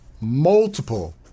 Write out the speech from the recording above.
multiple